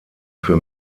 für